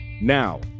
now